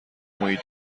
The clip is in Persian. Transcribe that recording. مویی